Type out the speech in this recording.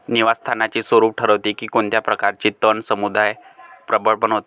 निवास स्थानाचे स्वरूप ठरवते की कोणत्या प्रकारचे तण समुदाय प्रबळ बनतात